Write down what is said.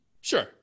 Sure